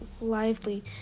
lively